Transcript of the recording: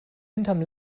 hinterm